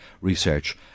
research